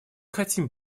хотим